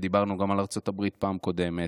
ודיברנו גם על ארצות הברית פעם קודמת,